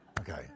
Okay